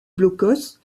blockhaus